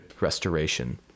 restoration